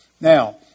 Now